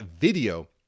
video